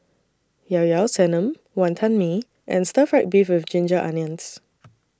Llao Llao Sanum Wantan Mee and Stir Fried Beef with Ginger Onions